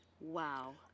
Wow